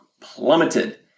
plummeted